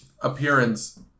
appearance